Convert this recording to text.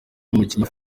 umukinnyi